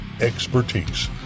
expertise